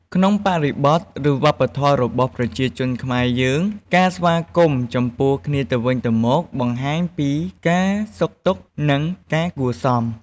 ក្នុងបរិបទ ឬ វប្បធម៌របស់ប្រជាជនខ្មែរយើង ការស្វាគមន៍ចំពោះគ្នាទៅវិញទៅមក បង្ហាញពីការសុខទុក្ខ និងការគួរសម។